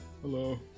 hello